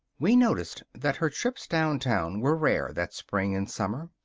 we noticed that her trips downtown were rare that spring and summer.